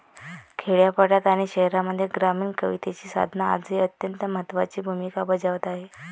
खेड्यापाड्यांत आणि शहरांमध्ये ग्रामीण कवितेची साधना आजही अत्यंत महत्त्वाची भूमिका बजावत आहे